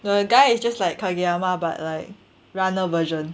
the guy is just like but like runner version